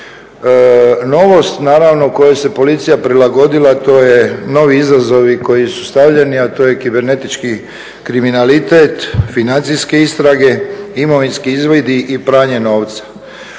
kojoj se policija prilagodila to su novi izazovi koji su stavljeni a to je kibernetički kriminalitet, financijske istrage, imovinski izvidi i pranje novca.